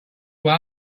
why